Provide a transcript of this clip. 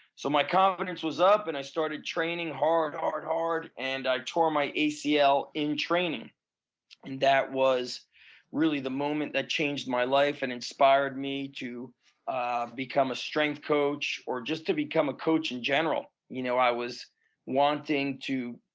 so my confidence was up and i started training hard hard hard and i tore my acl in training and that was really the moment that changed my life and inspired me to ah become a strength coach or just to become a coach in general. you know i was wanting to,